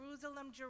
Jerusalem